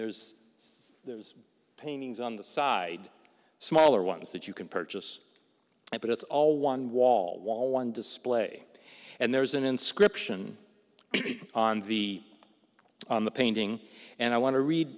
there's there's paintings on the side smaller ones that you can purchase but it's all one wall wall one display and there's an inscription on the on the painting and i want to read